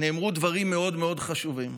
נאמרו דברים מאוד מאוד חשובים.